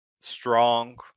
strong